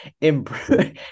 improve